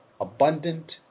abundant